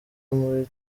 muri